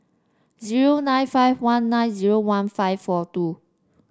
zero nine five one nine zero one five four two